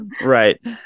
right